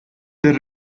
del